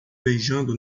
beijando